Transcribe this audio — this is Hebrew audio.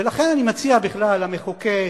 ולכן אני מציע, בכלל, למחוקק,